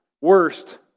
worst